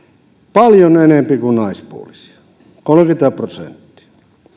paljon enempi kuin naispuolisia kolmekymmentä prosenttia